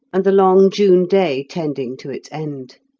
and the long june day tending to its end.